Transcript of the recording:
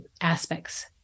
aspects